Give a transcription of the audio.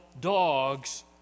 dogs